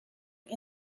who